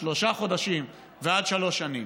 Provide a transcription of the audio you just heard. שלושה חודשים ועד שלוש שנים.